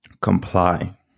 comply